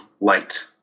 light